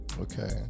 okay